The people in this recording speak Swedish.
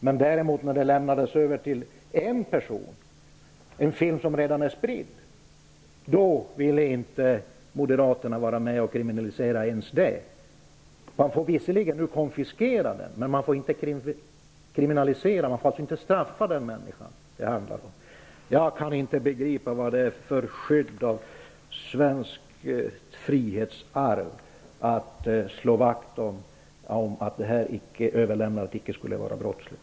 Men om en film som redan är spridd däremot lämnas över till en person, vill inte moderaterna vara med om att kriminalisera ens detta. Man får visserligen konfiskera den, men man får inte straffa innehavaren. Jag kan inte begripa vad det är för skydd av svenskt frihetsarv att slå vakt om att överlämnandet icke skulle vara brottsligt.